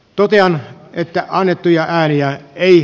totean että annettuja ääniä ei